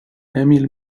emil